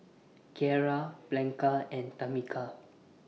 Kiera Blanca and Tamica